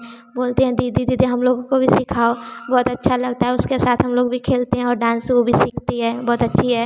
बोलती हैं दीदी दीदी हम लोगों को भी सिखाओ बहुत अच्छा लगता है उसके साथ हम लोग भी खेलते हैं और डांस वह भी सकती है बहुत अच्छी है